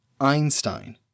Einstein